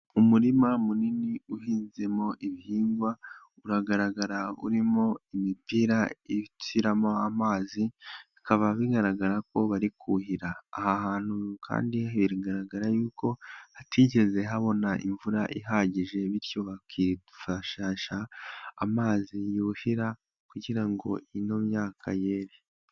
Umurima munini uhinzemo ibihingwa, uragaragara urimo imipira iciramo amazi, bikaba bigaragara ko bari kuhira, aha hantu kandi biragaragara yuko hatigeze habona imvura ihagije, bityo bakifashisha amazi yuhira kugira ngo ino myaka yere.